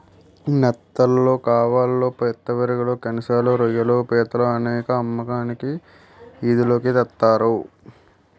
నెత్తళ్లు కవాళ్ళు పిత్తపరిగెలు కనసలు రోయ్యిలు పీతలు అనేసి అమ్మకానికి ఈది లోకి తెస్తారు